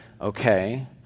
okay